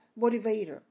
motivator